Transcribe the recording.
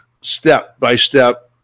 step-by-step